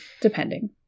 depending